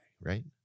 right